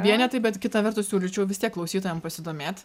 vienetai bet kita vertus siūlyčiau vis tiek klausytojam pasidomėt